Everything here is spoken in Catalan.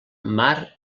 mar